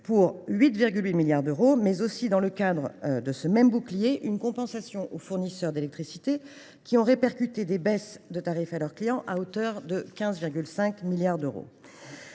pour 8,8 milliards d’euros. Mentionnons aussi, dans le cadre de ce même bouclier, la compensation offerte aux fournisseurs d’électricité qui ont répercuté des baisses de tarif à leurs clients, à hauteur de 15,5 milliards d’euros.